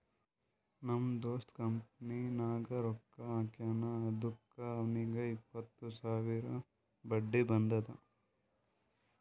ನಮ್ ದೋಸ್ತ ಕಂಪನಿನಾಗ್ ರೊಕ್ಕಾ ಹಾಕ್ಯಾನ್ ಅದುಕ್ಕ ಅವ್ನಿಗ್ ಎಪ್ಪತ್ತು ಸಾವಿರ ಬಡ್ಡಿ ಬಂದುದ್